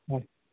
হয়